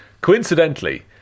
Coincidentally